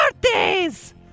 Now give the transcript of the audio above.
birthdays